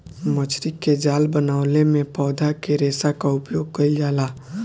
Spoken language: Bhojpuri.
मछरी के जाल बनवले में पौधा के रेशा क उपयोग कईल जाला